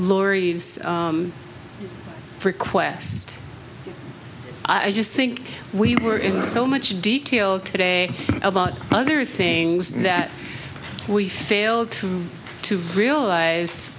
laurie requests i just think we were in so much detail today about other things that we failed to to realize